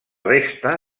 resta